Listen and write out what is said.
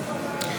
נתקבלה.